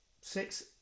Six